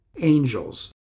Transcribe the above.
angels